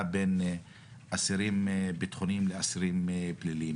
בין אסירים ביטחוניים לאסירים פליליים.